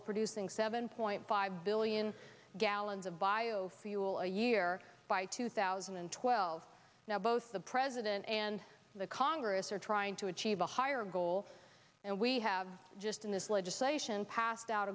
of producing seven point five billion gallons of bio fuel a year by two thousand and twelve now both the president and the congress are trying to chiva higher goal and we have just in this legislation passed out